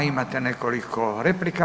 Imate nekoliko replika.